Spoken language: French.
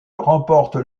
remportent